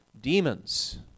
demons